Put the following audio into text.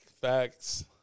Facts